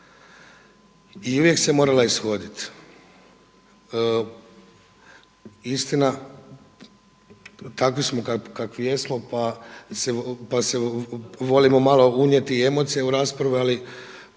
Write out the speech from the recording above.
i uvijek se morala ishoditi. Istina takvi smo kakvi jesmo pa se volimo malo unijeti i emocije u raspravu, ali